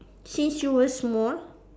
since you were small